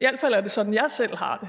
I hvert fald er det sådan, jeg selv har det.